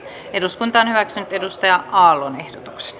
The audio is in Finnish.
eduskuntaan edustaja halua ks